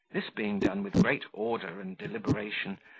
this being done with great order and deliberation,